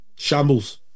shambles